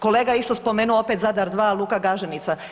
Kolega je isto spomenuo opet Zadar 2, luka Gaženica.